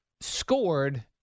scored